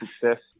success